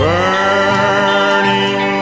Burning